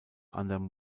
anderen